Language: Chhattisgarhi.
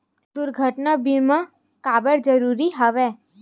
दुर्घटना बीमा काबर जरूरी हवय?